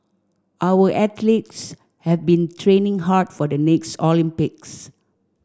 our athletes have been training hard for the next Olympics